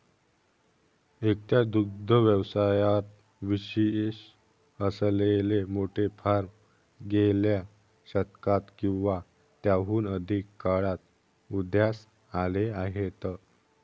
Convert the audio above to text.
एकट्या दुग्ध व्यवसायात विशेष असलेले मोठे फार्म गेल्या शतकात किंवा त्याहून अधिक काळात उदयास आले आहेत